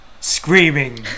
screaming